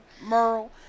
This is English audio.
Merle